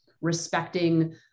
respecting